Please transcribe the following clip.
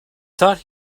thought